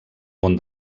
món